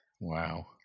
Wow